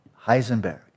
Heisenberg